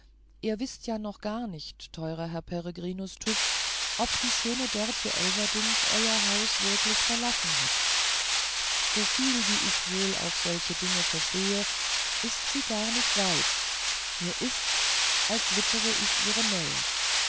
ihr wißt ja noch gar nicht teurer herr peregrinus tyß ob die schöne dörtje elverdink euer haus wirklich verlassen hat soviel wie ich mich auf solche dinge verstehe ist sie gar nicht weit mir ist's als wittere ich ihre nähe